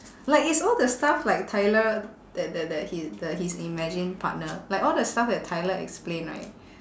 like it's all the stuff like tyler that that that he the his imagined partner like all the stuff that tyler explain right